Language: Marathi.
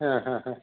हा हां हा